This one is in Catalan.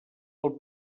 pel